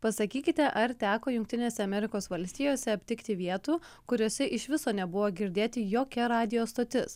pasakykite ar teko jungtinėse amerikos valstijose aptikti vietų kuriose iš viso nebuvo girdėti jokia radijo stotis